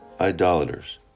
idolaters